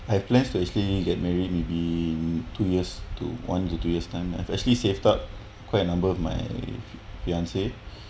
I have plans to actually get married maybe two years to one to two years time I've actually save up quite a number my fiance